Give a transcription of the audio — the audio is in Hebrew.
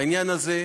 בעניין הזה,